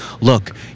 look